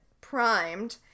primed